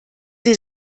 sie